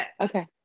Okay